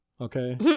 Okay